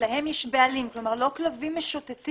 שלהם יש בעלים, כלומר לא כלבים משוטטים